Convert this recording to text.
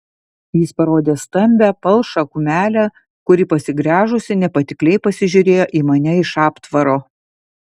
jis parodė stambią palšą kumelę kuri pasigręžusi nepatikliai pasižiūrėjo į mane iš aptvaro